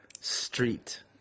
street